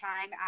time